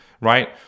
right